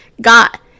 got